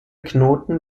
knoten